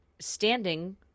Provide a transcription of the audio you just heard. standing